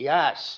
Yes